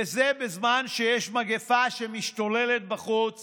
וזה בזמן שיש מגפה שמשתוללת בחוץ